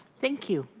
thank you.